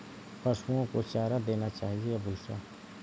पशुओं को चारा देना चाहिए या भूसा?